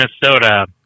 Minnesota